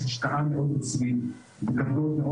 יש השקעה מאוד רצינית בטכנולוגיות מאוד